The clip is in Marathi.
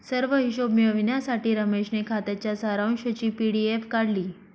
सर्व हिशोब मिळविण्यासाठी रमेशने खात्याच्या सारांशची पी.डी.एफ काढली